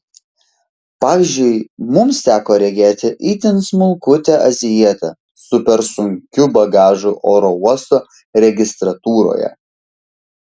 pavyzdžiui mums teko regėti itin smulkutę azijietę su per sunkiu bagažu oro uosto registratūroje